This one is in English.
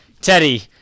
Teddy